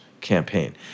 campaign